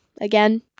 again